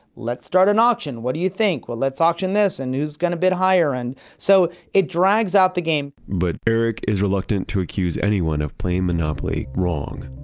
let's start an an auction, what do you think? well let's auction this, and who's going to bid higher? and so it drags out the game. but eric is reluctant to accuse anyone of playing monopoly, wrong.